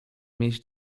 mieć